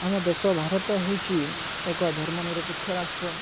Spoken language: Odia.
ଆମ ଦେଶ ଭାରତ ହେଉଛି ଏକ ଧର୍ମ ନିିରପେକ୍ଷ ରାଷ୍ଟ୍ର